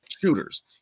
Shooters